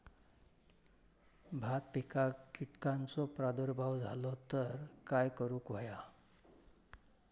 भात पिकांक कीटकांचो प्रादुर्भाव झालो तर काय करूक होया?